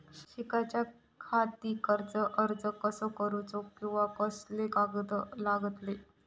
शिकाच्याखाती कर्ज अर्ज कसो करुचो कीवा कसले कागद लागतले?